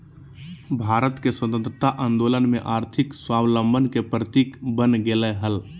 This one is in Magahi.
भारत के स्वतंत्रता आंदोलन में आर्थिक स्वाबलंबन के प्रतीक बन गेलय हल